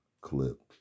clip